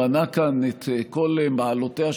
רק עברית.